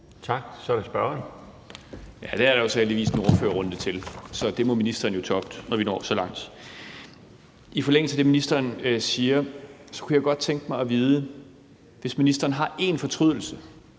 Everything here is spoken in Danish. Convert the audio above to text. Tak, så er det spørgeren. Kl. 15:09 Peter Kofod (DF): Der er jo heldigvis en ordførerrunde til, så det må ministeren jo tage op, når vi når så langt. I forlængelse af det, ministeren siger, kunne jeg godt tænke mig at vide: Hvis ministeren har en fortrydelse